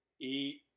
eat